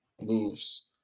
moves